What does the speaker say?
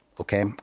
okay